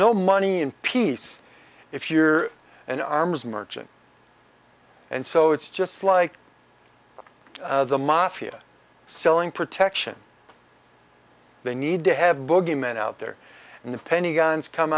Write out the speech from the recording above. no money in peace if you're an arms merchant and so it's just like the mafia selling protection they need to have bogeyman out there and the pentagon's come